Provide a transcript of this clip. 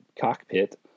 cockpit